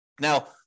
Now